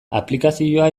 aplikazioa